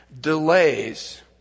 delays